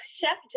Chef